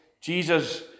jesus